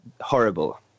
horrible